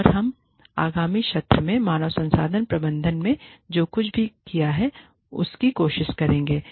और हम आगामी सत्र में मानव संसाधन प्रबंधन में जो कुछ भी किया है उसकी कोशिश करेंगे